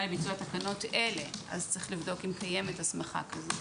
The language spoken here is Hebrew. לביצוע תקנות אלה אז יש לבדוק אם קיימת הסמכה כזאת.